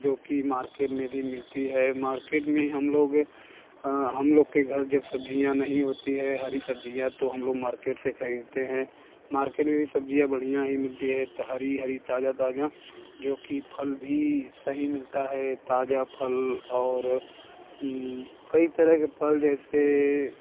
जो कि मार्केट में भी मिलती है मार्केट में हम लोग हम लोग के इधर सब्ज़ियाँ नहीं मिलती है हरी सब्ज़ियाँ तो हम लोग मार्केट से ख़रीदते हैं मार्केट में भी सब्ज़ियाँ बढ़िया ही मिलती है हरी हरी ताज़ा ताज़ा जो कि फल भी सभी मिलता है ताज़ा फल और कई तरह के फल जैसे